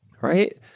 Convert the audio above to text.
right